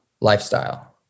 lifestyle